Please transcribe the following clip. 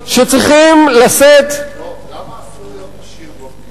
שצריכים לשאת, למה אסור להיות עשיר במדינה?